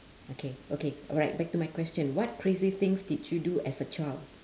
okay okay alright back to my question what crazy things did you do as a child